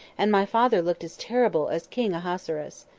and my father looked as terrible as king ahasuerus.